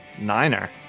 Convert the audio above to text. Niner